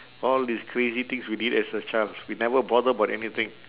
all these crazy things we did as a child we never bother about anything